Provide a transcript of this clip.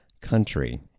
country